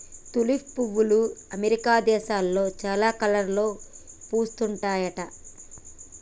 tulip పువ్వులు America దేశంలో చాలా కలర్లలో పూస్తుంటాయట